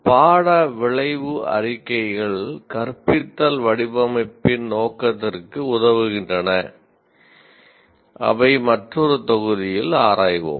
பாட விளைவு அறிக்கைகள் கற்பித்தல் வடிவமைப்பின் நோக்கத்திற்கு உதவுகின்றன அவை மற்றொரு தொகுதியில் ஆராய்வோம்